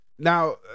Now